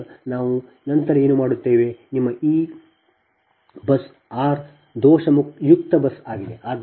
ಈಗ ನಾವು ನಂತರ ಏನು ಮಾಡುತ್ತೇವೆ ನಿಮ್ಮ ಈ ಬಸ್ ಆರ್ ದೋಷಯುಕ್ತ ಬಸ್ ಆಗಿದೆ